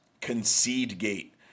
concede-gate